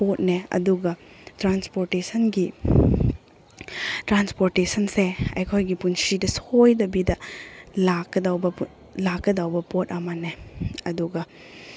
ꯄꯣꯠꯅꯦ ꯑꯗꯨꯒ ꯇ꯭ꯔꯥꯟꯁꯄꯣꯔꯇꯦꯁꯟꯒꯤ ꯇ꯭ꯔꯥꯟꯁꯄꯣꯔꯇꯦꯁꯟꯁꯦ ꯑꯩꯈꯣꯏꯒꯤ ꯄꯨꯟꯁꯤꯗ ꯁꯣꯏꯗꯕꯤꯗ ꯂꯥꯛꯀꯗꯧꯕ ꯂꯥꯛꯀꯗꯧꯕ ꯄꯣꯠ ꯑꯃꯅꯦ ꯑꯗꯨꯒ